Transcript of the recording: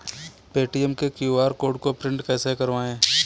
Paytm के QR code को print कैसे करवाएँ?